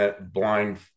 blind